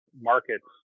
markets